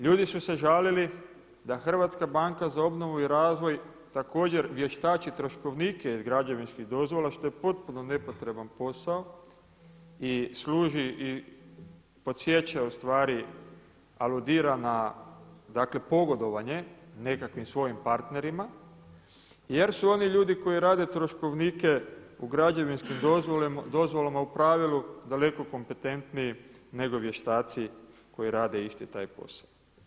Ljudi su se žalili da Hrvatska banka za obnovu i razvoj također vještači troškovnike iz građevinskih dozvola što je potpuno nepotreban posao i služi i podsjeća u stvari, aludira na, dakle pogodovanje nekakvim svojim partnerima jer su oni ljudi koji rade troškovnike u građevinskim dozvolama u pravilu daleko kompetentniji nego vještaci koji rade isti taj posao.